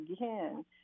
again